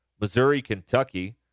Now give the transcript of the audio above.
Missouri-Kentucky